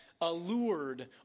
allured